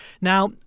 Now